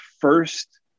first